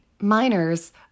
Miners